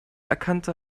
erkannte